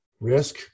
Risk